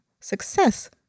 Success